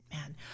Man